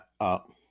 up